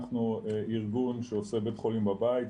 אנחנו ארגון שעושה בית חולים בבית,